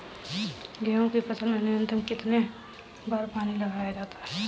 गेहूँ की फसल में न्यूनतम कितने बार पानी लगाया जाता है?